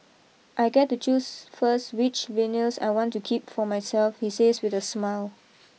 I get to choose first which vinyls I want to keep for myself he says with a smile